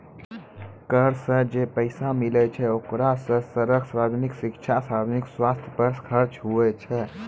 कर सं जे पैसा मिलै छै ओकरा सं सड़क, सार्वजनिक शिक्षा, सार्वजनिक सवस्थ पर खर्च हुवै छै